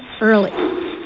early